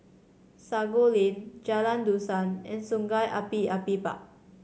Sago Lane Jalan Dusan and Sungei Api Api Park